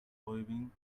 waving